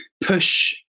push